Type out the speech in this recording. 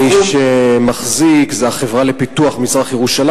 מי שמחזיקה בזה זו החברה לפיתוח מזרח-ירושלים,